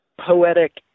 poetic